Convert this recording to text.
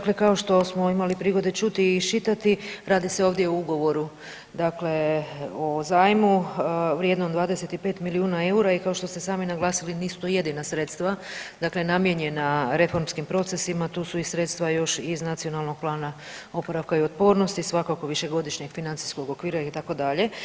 Kao što smo imali prigode čuti i iščitati radi se ovdje o Ugovoru o zajmu vrijednom 25 milijuna eura i kao što ste sami naglasili nisu to jedina sredstva, dakle namijenjena reformskim procesima tu su i sredstva još iz Nacionalnog plana oporavka i otpornosti, svakako višegodišnjeg nacionalnog okvira itd.